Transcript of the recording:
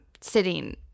sitting